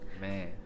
Man